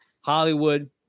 Hollywood